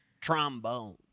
trombone